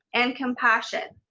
and compassion.